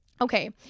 Okay